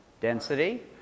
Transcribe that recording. Density